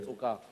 עם מצוקה.